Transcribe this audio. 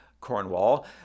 Cornwall